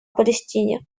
палестине